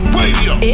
radio